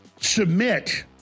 submit